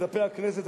דפי הכנסת,